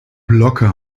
locker